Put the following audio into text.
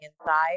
inside